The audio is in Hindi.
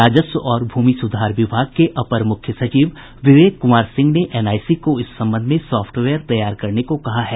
राजस्व और भूमि सुधार विभाग के अपर मुख्य सचिव विवेक कुमार सिंह ने एनआईसी को इस संबंध में सॉफ्टवेयर तैयार करने को कहा है